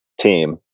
team